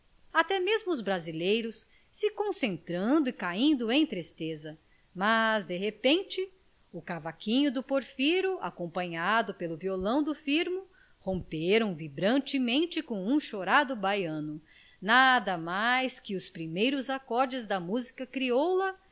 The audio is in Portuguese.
até mesmo os brasileiros se concentrando e caindo em tristeza mas de repente o cavaquinho do porfiro acompanhado pelo violão do firmo romperam vibrantemente com um chorado baiano nada mais que os primeiros acordes da música crioula